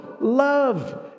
Love